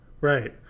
right